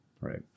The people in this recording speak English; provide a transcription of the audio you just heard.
Right